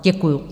Děkuju.